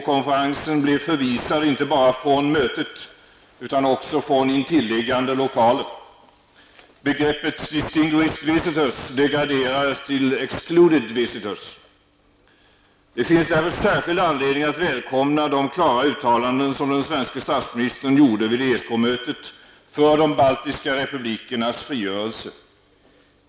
konferensen blev förvisade inte bara från mötet, utan också från intilliggande lokaler. Begreppet ''distinguished visitors'' degraderades till ''excluded visitors''. Det finns därför särskild anledning att välkomna de klara uttalanden som den svenske statsministern gjorde vid ESK-mötet för de baltiska republikernas frigörelse.